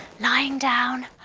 lying down,